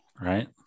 right